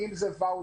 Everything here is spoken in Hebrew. אם זה ואוצ'רים,